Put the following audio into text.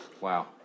Wow